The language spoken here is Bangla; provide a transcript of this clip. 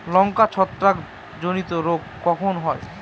লঙ্কায় ছত্রাক জনিত রোগ কখন হয়?